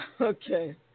Okay